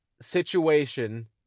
situation